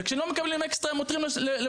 וכשהם לא מקבלים אקסטרה הם עותרים לבג"ץ.